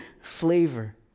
flavor